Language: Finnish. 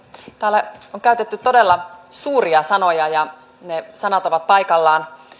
täällä on käytetty todella suuria sanoja ja ne sanat ovat paikallaan